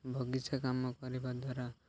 ବଗିଚା କାମ କରିବା ଦ୍ୱାରା